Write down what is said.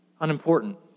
unimportant